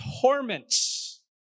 torments